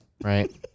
right